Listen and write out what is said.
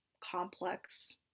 complex